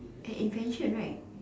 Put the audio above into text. an invention right